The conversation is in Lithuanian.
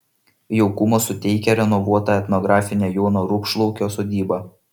jaukumo suteikia renovuota etnografinė jono rupšlaukio sodyba